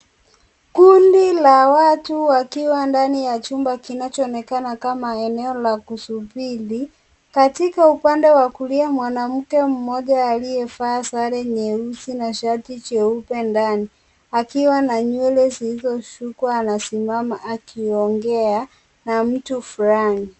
Kundi la watu wakiwa ndani ya chumba kinachoonekana kama eneo la kusubiri. Katika upande wa kulia mwanamke mmoja aliyevaa sare nyeusi na shati jeupe ndani akiwa na nywele zilizoshukwa anasimama akiongea na mtu fulani.